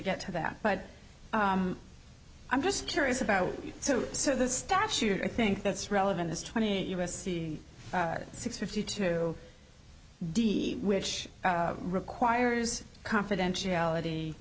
get to that but i'm just curious about so so the statute i think that's relevant is twenty eight u s c six fifty two d which requires confidentiality